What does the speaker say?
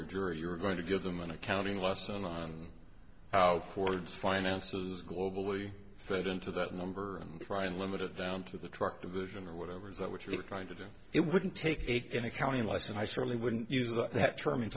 a jury you're going to give them an accounting lesson on how ford's finances globally fit into that number and try and limit it down to the truck division or whatever is that what you're trying to do it wouldn't take an accounting lesson i certainly wouldn't use that term